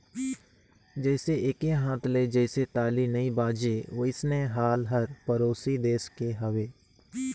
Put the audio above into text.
जइसे एके हाथ ले जइसे ताली नइ बाजे वइसने हाल हर परोसी देस के हवे